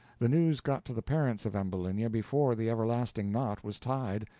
the news got to the parents of ambulinia before the everlasting knot was tied,